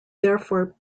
therefore